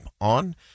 on